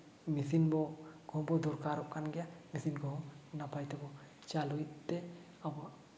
machine ᱵᱚ ᱠᱚᱦᱚᱸ ᱵᱚᱱ ᱫᱚᱨᱠᱟᱨᱚᱜ ᱠᱟᱱ ᱜᱮᱭᱟ ᱢᱮᱹᱥᱤᱱ ᱠᱚᱦᱚᱸ ᱱᱟᱯᱟᱭ ᱛᱮᱵᱚᱱ ᱪᱟᱹᱞᱩᱭᱮᱫ ᱛᱮ ᱟᱵᱚᱣᱟᱜ